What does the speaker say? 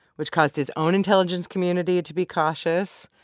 which caused his own intelligence community to be cautious,